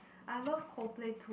I love Coldplay too